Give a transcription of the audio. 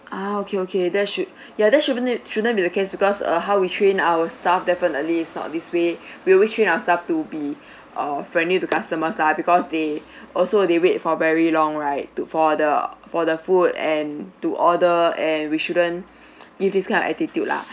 ah okay okay that's should ya that shouldn't shouldn't be the case because uh how we train our staff definitely is not this way we always train our staff to be uh friendly to customers lah because they also they wait for very long right to for the for the food and to order and we shouldn't give this kind of attitude lah